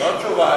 לא תשובה,